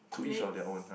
next